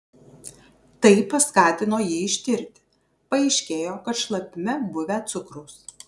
tai paskatino jį ištirti paaiškėjo kad šlapime buvę cukraus